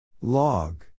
Log